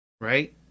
right